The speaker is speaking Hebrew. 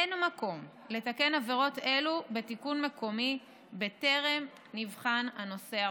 אין מקום לתקן עבירות אלה בתיקון מקומי טרם נבחן הנושא הרוחבי.